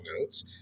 notes